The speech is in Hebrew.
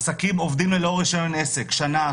עסקים עובדים ללא רישיון עסק שנה,